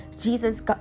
Jesus